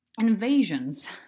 invasions